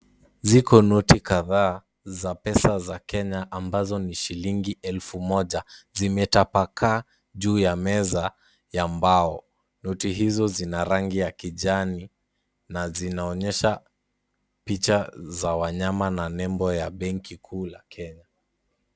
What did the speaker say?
Ziko noti kadhaa za pesa za Kenya ambazo ni shilingi 1,000, zimetapakaa juu ya meza ya mbao. Noti hizo zina rangi ya kijani, na zinaonyesha picha za wanyama na nembo ya benki kuu la Kenya.